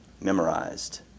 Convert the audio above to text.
Memorized